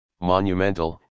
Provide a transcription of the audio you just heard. monumental